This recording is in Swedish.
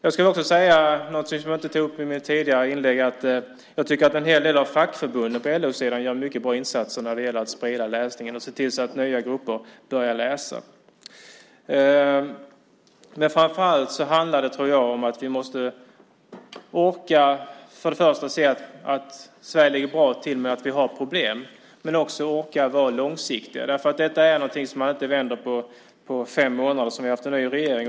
Jag ska också säga något som jag inte tog upp i mitt tidigare inlägg, att jag tycker att en hel del av fackförbunden på LO-sidan gör mycket bra insatser för att sprida läsningen och se till att nya grupper börjar läsa. Sverige ligger bra till, men vi har problem. Vi måste orka vara långsiktiga, för detta är något som man inte kan vända på fem månader - den tid som vi har haft en ny regering.